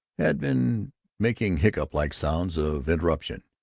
had been making hiccup-like sounds of interruption.